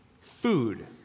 food